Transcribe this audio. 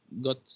got